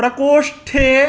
प्रकोष्ठे